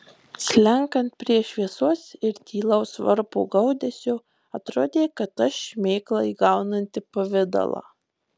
slenkant prie šviesos ir tylaus varpo gaudesio atrodė kad aš šmėkla įgaunanti pavidalą